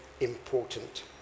important